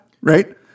right